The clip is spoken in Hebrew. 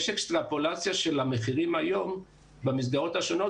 יש אקספולציה של המחירים היום במסגרות השונות